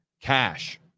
cash